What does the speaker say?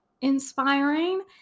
inspiring